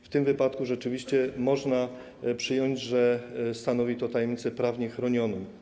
W tym wypadku rzeczywiście można przyjąć, że stanowi to tajemnicę prawnie chronioną.